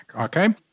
Okay